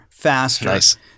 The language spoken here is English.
faster